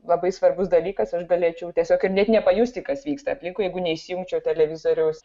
labai svarbus dalykas aš galėčiau tiesiog ir net nepajusti kas vyksta aplinkui jeigu neįsijungčiau televizoriaus